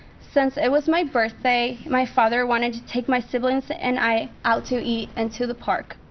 since it was my birthday, my father wanted to take my siblings and i out to eat and to the park.